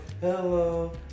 Hello